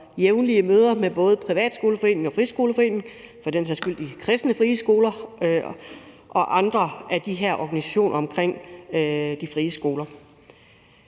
jævnlige møder med både privatskoleforeningen, friskoleforeningen og for den sags skyld de kristne friskoler og andre af de her organisationer omkring de frie skoler.